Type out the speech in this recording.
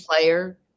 player